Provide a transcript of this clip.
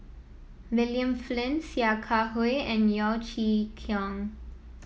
William Flint Sia Kah Hui and Yeo Chee Kiong